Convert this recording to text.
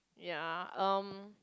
ya um